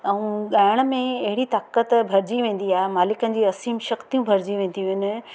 ऐं ॻाइण में अहिड़ी ताक़तु भरिजी वेंदी आहे मालिकनि जी असीम शक्तियूं भरिजी वेंदियूं आहिनि